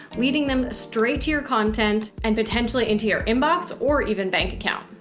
leading them straight to your content and potentially into your inbox or even bank account.